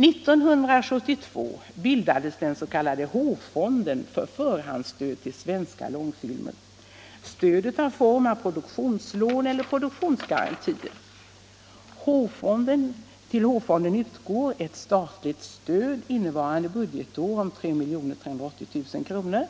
1972 bildades den s.k. H-fonden för förhandsstöd till svenska långfilmer. Stödet har formen av produktionslån eller produktionsgarantier. Till H-fonden utgår ett statligt stöd innevarande budgetår om 3 380 000 kr.